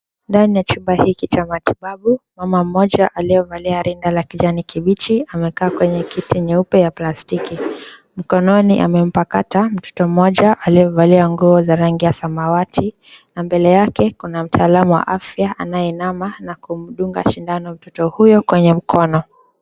Ndani ya chumba hiki cha matibabu, mama mmoja aliyevalia rinda ya kijani kibichi amekaa kwenye kiti nyeupe ya plastiki. Mikononi amempakata mtoto mmoja aliyevalia nguo za rangi samawati na mbele yake kuna mtaalamu wa afya anainama na kumdunga sindano mtoto huyo kwenye mkono.